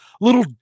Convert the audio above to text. little